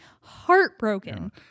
heartbroken